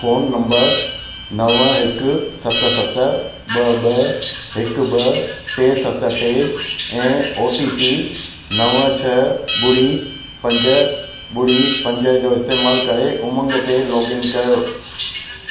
phone number नवं हिकु सत सत ॿ ॿ हिकु ॿ टे सत टे ऐं ओ टी पी नवं छ ॿुड़ी पंज ॿुड़ी जो इस्तेमालु करे उमंग ते लोगइन करियो